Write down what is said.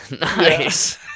Nice